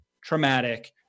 traumatic